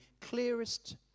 clearest